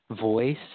voice